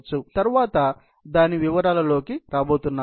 నేను తరువాత దాని వివరాలలోకి రాబోతున్నాను